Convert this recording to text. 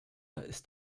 ist